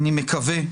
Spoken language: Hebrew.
אני מקווה,